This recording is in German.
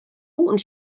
und